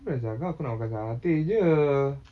aku dah cakap aku nak makan satay jer